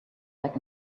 back